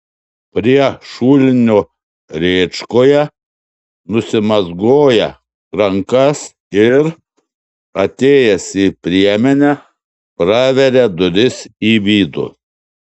prie šulinio rėčkoje nusimazgoja rankas ir atėjęs į priemenę praveria duris į vidų